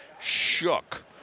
shook